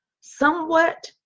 somewhat